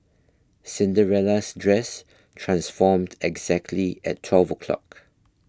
Cinderella's dress transformed exactly at twelve o'clock